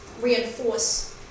reinforce